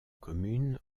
communes